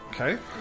Okay